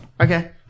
Okay